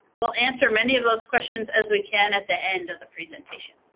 we'll answer many of those questions as we can at the end of the presentation.